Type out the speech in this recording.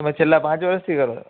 તમે છેલ્લાં પાંચ વર્ષથી કરો છો